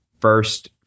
first